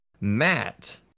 Matt